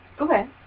Okay